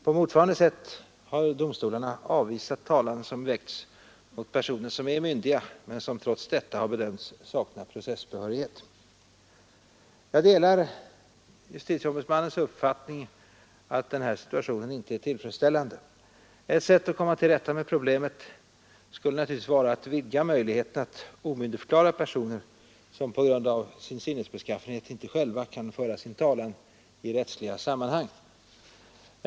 På motsvarande sätt har domstolarna avvisat talan som har väckts mot personer som är myndiga men som trots detta har bedömts sakna processbehörighet. Jag delar JO:s uppfattning att den angivna situationen inte är tillfredsställande. Ett sätt att komma till rätta med problemet skulle naturligtvis vara att vidga möjligheterna att omyndigförklara personer som på grund av sin sinnesbeskaffenhet inte själva kan föra sin talan i rättsliga sammanhang.